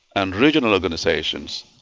and regional organisations,